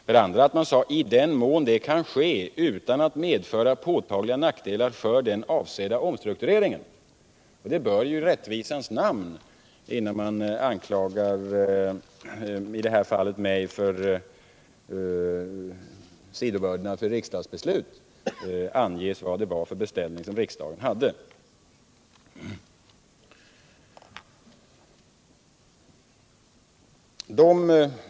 För det andra uttalade riksdagen att det skulle ske i den mån det kunde göras utan att det medförde påtagliga nackdelar för den avsedda omstruktureringen. Innan man anklagar mig för sidvördnad för riksdagsbeslut, bör det i rättvisans namn anges vilken beställning riksdagen hade.